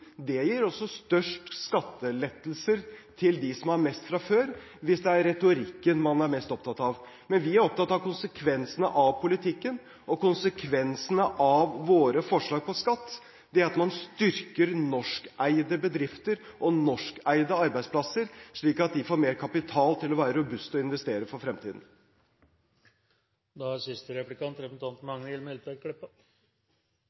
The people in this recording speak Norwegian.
Det gir også størst skattelettelser til dem som har mest fra før – hvis det er retorikken man er mest opptatt av. Men vi er opptatt av konsekvensene av politikken, og konsekvensene av våre forslag når det gjelder skatt, er at man styrker norskeide bedrifter og norskeide arbeidsplasser, slik at de får mer kapital til å være robuste og investere for fremtiden.